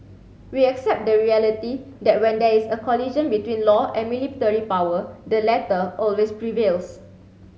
we accept the reality that when there is a collision between law and military power the latter always prevails